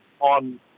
on